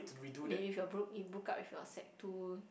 maybe if you are broke you broke up with your sec-two